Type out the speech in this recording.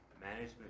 management